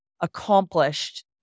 accomplished